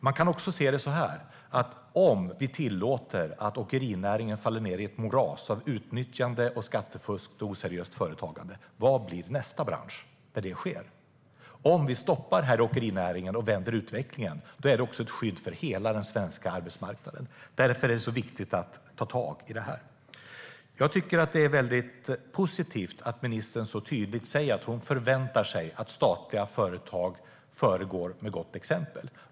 Man kan också se det så här: Om vi tillåter att åkerinäringen faller ned i ett moras av utnyttjande, skattefusk och oseriöst företagande, vilken blir nästa bransch där det sker? Om vi stoppar det i åkerinäringen och vänder utvecklingen är det också ett skydd för hela den svenska arbetsmarknaden. Därför är det så viktigt att ta tag i detta. Det är väldigt positivt att ministern så tydligt säger att hon förväntar sig att statliga företag föregår med gott exempel.